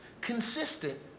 consistent